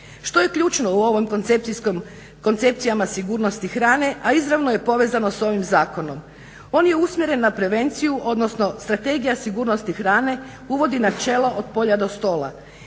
Što je ključno u ovom koncepcijskom, koncepcijama sigurnosti hrane a izravno je povezano s ovim zakonom, on je usmjeren na prevenciju odnosno strategija sigurnosti hrane uvodi načelo od polja do stola,